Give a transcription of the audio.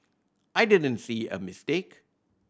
I didn't see a mistake